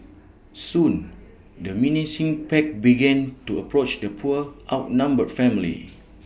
soon the menacing pack began to approach the poor outnumbered family